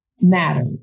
matter